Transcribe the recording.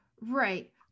Right